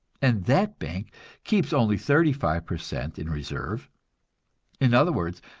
and that bank keeps only thirty-five per cent in reserve in other words,